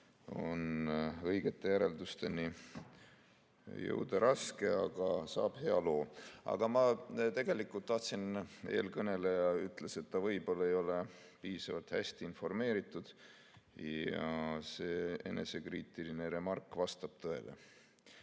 on õigete järeldusteni jõuda raske. Aga saab hea loo. Eelkõneleja ütles, et ta võib-olla ei ole piisavalt hästi informeeritud, ja see enesekriitiline remark vastab tõele.